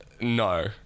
No